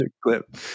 clip